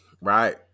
Right